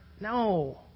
No